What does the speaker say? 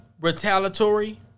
retaliatory